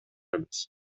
эмес